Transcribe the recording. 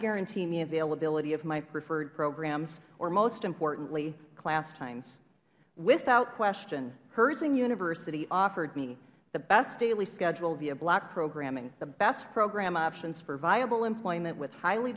guarantee me availability of my preferred programs or most importantly class times without question herzing university offered me the best daily schedule via block programming the best program options for viable employment with highly